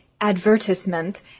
advertisement